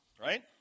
right